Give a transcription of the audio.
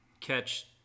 catch